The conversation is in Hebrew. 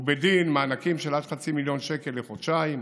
ובדין, מענקים של עד חצי מיליון שקל לחודשיים,